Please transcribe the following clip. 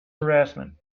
harassment